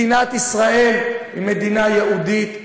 מדינת ישראל היא מדינה יהודית ודמוקרטית.